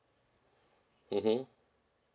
mmhmm